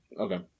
Okay